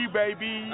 baby